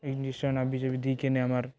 injection আদি দি কিনে আমাৰ